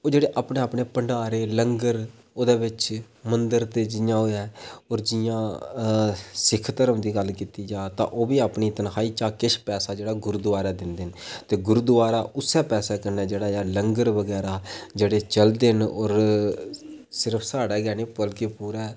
ओह् जेह्ड़े अपने अपने भंडारे लंगर ओह्दे बिच्च मंदर ते जि'यां होऐ होर जि'यां अ सिख धर्म दी गल्ल कीती जाऽ ते ओह् बी अपनी तनखाई चां किश पैसा जेह्ड़ा गुरुदआरे दिंदे न ते गुरुदुआरा उस्सै पैसे कन्नै जेह्ड़ा ऐ लंगर बगैरा जेह्ड़े चलदे न होर सिर्फ साढ़े गै नेईं बल्के पूरै